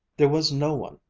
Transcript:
there was no one,